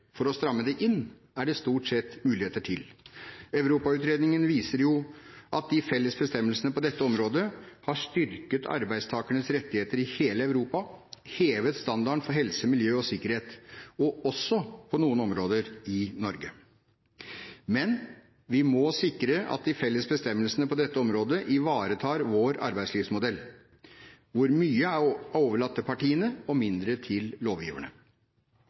for å stramme det inn er det stort sett muligheter til. Europautredningen viser at de felles bestemmelsene på dette området har styrket arbeidstakernes rettigheter i hele Europa og hevet standarden for helse, miljø og sikkerhet – også på noen områder i Norge. Men vi må sikre at de felles bestemmelsene på dette området ivaretar vår arbeidslivsmodell, hvor mye er overlatt til partene og mindre til lovgiverne.